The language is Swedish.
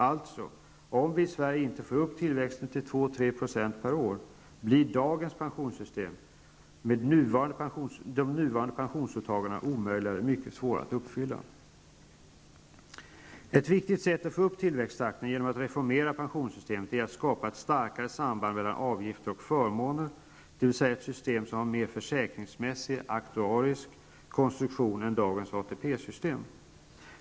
Alltså: Om vi i Sverige inte får upp tillväxten till 2--3 % per år blir, med dagens pensionssystem, nuvarande pensionsåtaganden omöjliga eller mycket svåra att uppfylla. Ett viktigt sätt att få upp tillväxttakten genom att reformera pensionssystemet är att skapa ett starkare samband mellan avgifter och förmåner, dvs. ett system som har en mer försäkringsmässig -- aktuarisk -- konstruktion än dagens ATP-system.